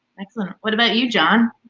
not. what about you, john?